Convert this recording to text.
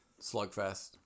slugfest